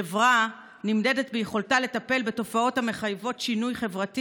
חברה נמדדת ביכולתה לטפל בתופעות המחייבות שינוי חברתי